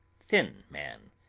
thin man,